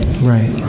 Right